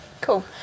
cool